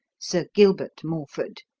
sir gilbert morford.